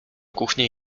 kuchni